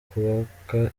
kubaka